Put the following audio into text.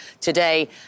today